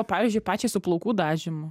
pavyzdžiui pačiai su plaukų dažymu